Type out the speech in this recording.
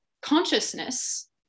consciousness